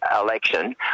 election